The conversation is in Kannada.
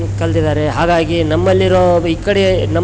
ಕಲ್ತಿದ್ದಾರೆ ಹಾಗಾಗಿ ನಮ್ಮಲ್ಲಿರೊ ಈ ಕಡೆ ನಮ್ಮ